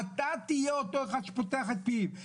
אתה תהיה אותו אחד שפותח את פיו.